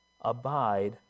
abide